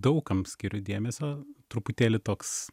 daug kam skiriu dėmesio truputėlį toks